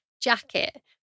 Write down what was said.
jacket